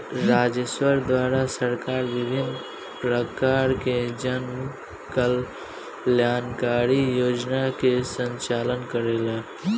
राजस्व द्वारा सरकार विभिन्न परकार के जन कल्याणकारी योजना के संचालन करेला